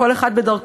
כל אחד בדרכו,